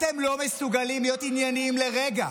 אתם לא מסוגלים להיות ענייניים לרגע.